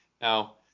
Now